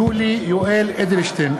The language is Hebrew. (קורא בשמות חברי הכנסת) יולי יואל אדלשטיין,